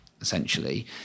essentially